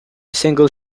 single